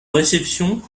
réception